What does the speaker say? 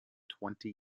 twenty